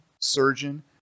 surgeon